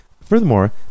Furthermore